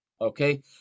Okay